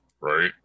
right